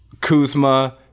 Kuzma